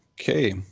okay